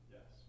Yes